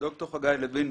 ד"ר חגי לוין,